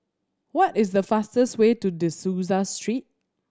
what is the fastest way to De Souza Street